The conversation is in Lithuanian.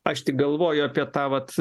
aš tik galvoju apie tą vat